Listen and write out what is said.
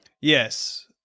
Yes